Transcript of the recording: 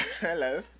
hello